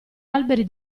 alberi